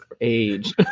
age